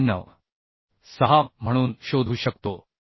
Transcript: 6 म्हणून शोधू शकतो